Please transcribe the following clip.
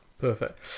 Perfect